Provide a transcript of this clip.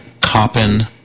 Coppin